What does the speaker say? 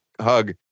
hug